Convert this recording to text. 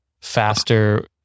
faster